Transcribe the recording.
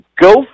go